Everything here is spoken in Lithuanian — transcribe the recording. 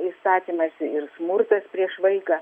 įstatymas ir smurtas prieš vaiką